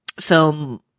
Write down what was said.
film